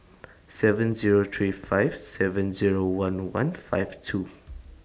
seven Zero three five seven Zero one one five two